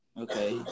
Okay